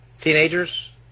teenagers